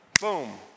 Boom